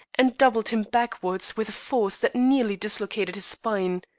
and doubled him backwards with a force that nearly dislocated his spine.